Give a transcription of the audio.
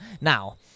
Now